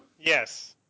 Yes